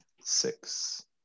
Six